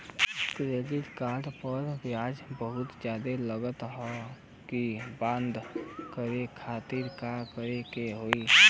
Credit card पर ब्याज बहुते ज्यादा लगत ह एके बंद करे खातिर का करे के होई?